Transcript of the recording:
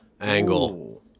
angle